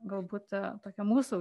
galbūt tokia mūsų